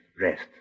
rest